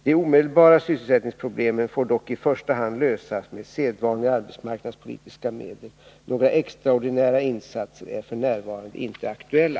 De omedelbara sysselsättningsproblemen får dock i första hand lösas med sedvanliga arbetsmarknadspolitiska medel. Några extraordinära insatser är f. n. inte aktuella.